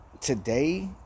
Today